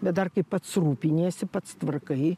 bet dar kaip pats rūpiniesi pats tvarkai